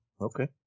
okay